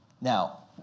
Now